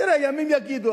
תראה, ימים יגידו.